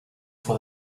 for